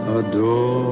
adore